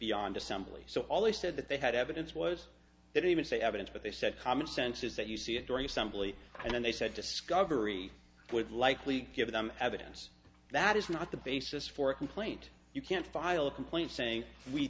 beyond assembly so all they said that they had evidence was that even say evidence but they said common sense is that you see it during assembly and then they said discovery would likely give them evidence that is not the basis for a complaint you can't file a complaint saying we